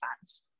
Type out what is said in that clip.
fans